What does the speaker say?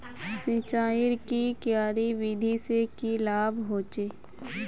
सिंचाईर की क्यारी विधि से की लाभ होचे?